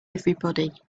everybody